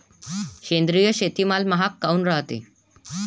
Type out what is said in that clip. सेंद्रिय शेतीमाल महाग काऊन रायते?